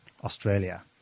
Australia